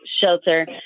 shelter